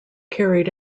carried